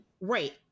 Right